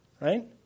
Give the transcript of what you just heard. right